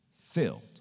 filled